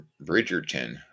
Bridgerton